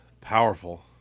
Powerful